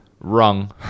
Wrong